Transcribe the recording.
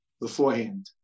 beforehand